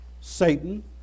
Satan